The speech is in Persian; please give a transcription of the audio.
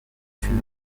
فیلم